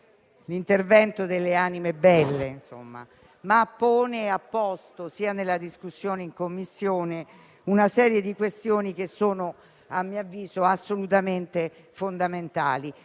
l'intervento delle anime belle, ma pone e ha posto anche nella discussione in Commissione una serie di questioni che sono, a mio avviso, assolutamente fondamentali,